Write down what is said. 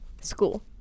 school